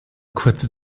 kurze